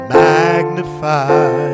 magnify